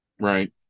Right